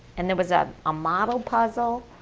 and there was a ah model puzzle,